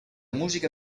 musica